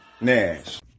Nash